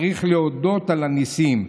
צריך להודות על הניסים,